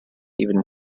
uneven